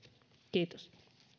kiitos